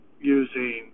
using